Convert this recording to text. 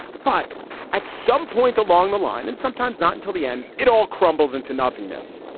but at some point along the line and sometimes not until the end, it all crumbles into nothingness.